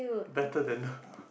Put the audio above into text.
better than